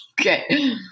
okay